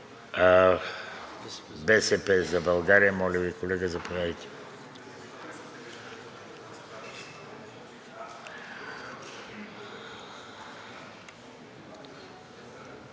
„БСП за България“ – моля Ви, колега, заповядайте.